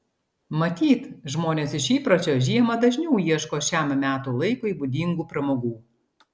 matyt žmonės iš įpročio žiemą dažniau ieško šiam metų laikui būdingų pramogų